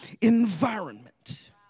environment